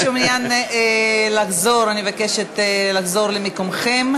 מי שמעוניין לחזור, אני מבקשת לחזור למקומכם.